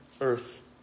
earth